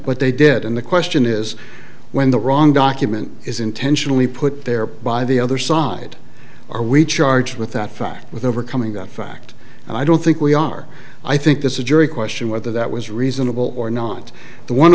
but they did and the question is when the wrong document is intentionally put there by the other side are we charged with that fact with overcoming that fact and i don't think we are i think this is jury question whether that was reasonable or not the one